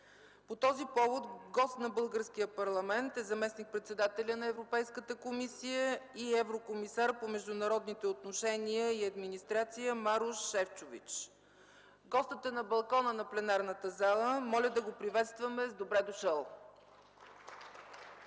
По този повод гост на българския парламент е заместник-председателят на Европейската комисия и еврокомисар по международните отношения и администрация – Марош Шефчович. Гостът е на балкона на пленарната зала. Моля да го приветстваме с добре дошъл. (Всички